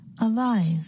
alive